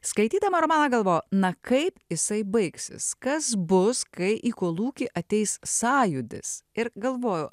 skaitydama romaną galvo na kaip jisai baigsis kas bus kai į kolūkį ateis sąjūdis ir galvoju